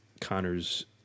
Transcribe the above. Connor's